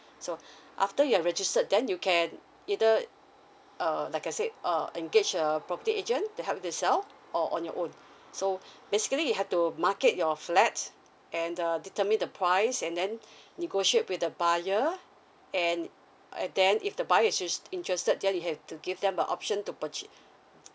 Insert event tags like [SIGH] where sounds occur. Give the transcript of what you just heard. so [BREATH] after you had registered then you can either uh like I said uh engaged a property agent to help you to sell or on your own [BREATH] so [BREATH] basically you have to market your flat and uh determine the price and then [BREATH] negotiate with the buyer and and then if the buyer is ins~ interested then you have to give them a option to purchase